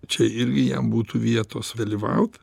čia irgi jam būtų vietos dalyvaut